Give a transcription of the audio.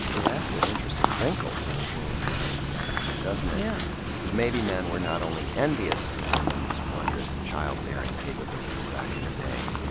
it adds an interesting wrinkle to the womb envy idea, doesn't it. yeah maybe men were not only envious of women's wondrous child bearing capabilities back in the day,